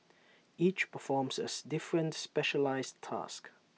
each performs A different specialised task